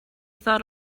thought